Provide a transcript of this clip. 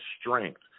strength